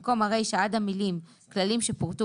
במקום הרישה עד המילים "כללים שפורטו